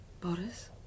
Boris